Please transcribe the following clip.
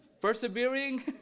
Persevering